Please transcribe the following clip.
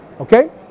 okay